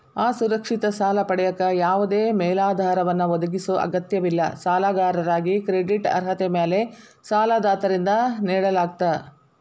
ಅಸುರಕ್ಷಿತ ಸಾಲ ಪಡೆಯಕ ಯಾವದೇ ಮೇಲಾಧಾರವನ್ನ ಒದಗಿಸೊ ಅಗತ್ಯವಿಲ್ಲ ಸಾಲಗಾರಾಗಿ ಕ್ರೆಡಿಟ್ ಅರ್ಹತೆ ಮ್ಯಾಲೆ ಸಾಲದಾತರಿಂದ ನೇಡಲಾಗ್ತ